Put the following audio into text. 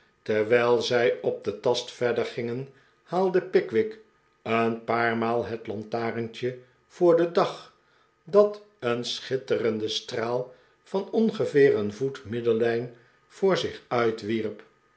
terwijl zij op den tast verder gingen haalde pickwick een paar maal het lantarentjevoor den dag dat een schitterenden straal van ongeveer een voet iniddellijn voor zich uit wierp